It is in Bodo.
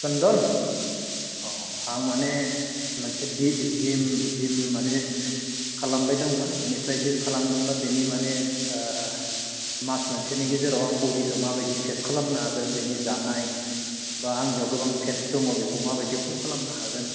सन्दन अह आं माने मोनसे दि जिम जिम माने खालामबाय दंमोन बेनिफ्राय जिम खालामदोंला बेनि मानि मास मोनसेनि गेजेराव आं बडिखौ माबायदि सेप खालामनो हागोन बेनि जानाय बा आंनियाव गोबां फेटस दङ बेखौ माबायदि खम खालामनो हागोन